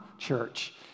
church